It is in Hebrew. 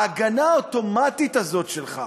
ההגנה האוטומטית הזאת שלך,